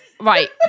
Right